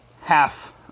half